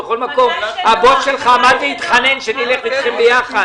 הבוס שלך התחנן שנלך אתכם ביחד.